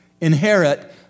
inherit